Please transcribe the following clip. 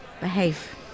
behave